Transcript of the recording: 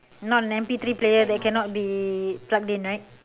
not an M_P three player that cannot be plugged in right